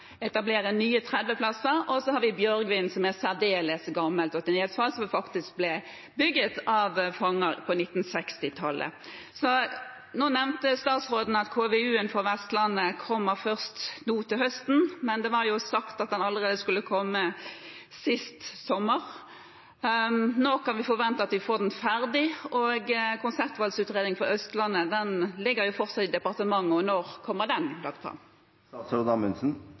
Bjørgvin fengsel, som er særdeles gammelt og til nedfalls, og som faktisk ble bygget av fanger på 1960-tallet. Statsråden nevnte at KVU-en for Vestlandet kommer først til høsten, men det var jo sagt at den skulle komme allerede sist sommer. Når kan vi forvente at den blir ferdig? Og konseptvalgutredningen for Østlandet ligger fortsatt i departementet. Når kommer den?